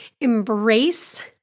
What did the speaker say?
embrace